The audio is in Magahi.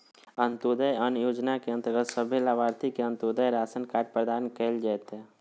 अंत्योदय अन्न योजना के अंतर्गत सभे लाभार्थि के अंत्योदय राशन कार्ड प्रदान कइल जयतै